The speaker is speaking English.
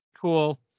cool